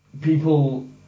people